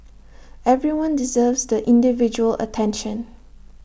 everyone deserves the individual attention